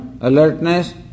alertness